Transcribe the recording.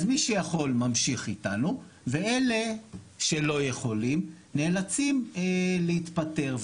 אז מי שיכול ממשיך איתנו ואלה שלא יכולים נאלצים להתפטר.